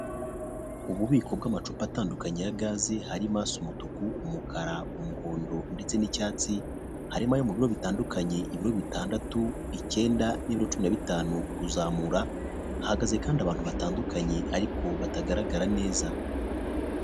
Ububiko bw'amacupa atandukanye ya gazi, harimo asa umutuku, umukara, umuhondo ndetse n'icyatsi, harimo ayo mubiro bitandukanye, ibiro bitandatu, icyenda n'ibiro cumi na bitanu kuzamura, hahagaze kandi abantu batandukanye, ariko batagaragara neza.